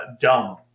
dumb